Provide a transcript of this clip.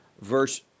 verse